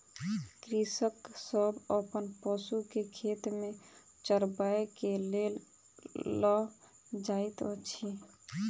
कृषक सभ अपन पशु के खेत में चरबै के लेल लअ जाइत अछि